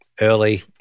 early